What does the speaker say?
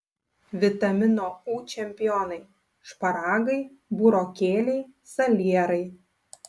vitamino u čempionai šparagai burokėliai salierai